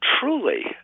truly